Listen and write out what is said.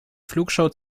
flugshow